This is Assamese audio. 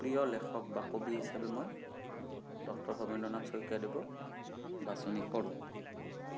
প্ৰিয় লেখক বা কবি হিচাপে মই ডক্টৰ ভৱেন্দ্ৰনাথ শইকীয়া দেৱক বাচনি কৰোঁ